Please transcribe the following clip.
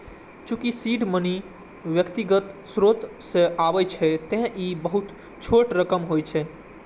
चूंकि seed money व्यक्तिगत स्रोत सं आबै छै, तें ई बहुत छोट रकम होइ छै